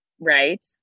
right